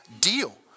deal